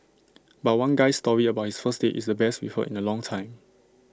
but one guy's story about his first date is the best we've heard in A long time